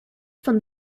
from